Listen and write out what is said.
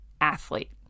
athlete